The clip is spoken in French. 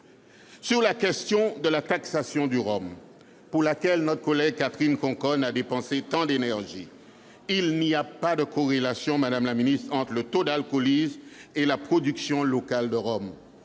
Sur la question de la taxation du rhum, pour laquelle notre collègue Catherine Conconne a dépensé tant d'énergie, je veux dire qu'il n'y a pas de corrélation entre le taux d'alcoolisme et la production locale de rhum,